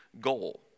goal